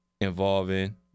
involving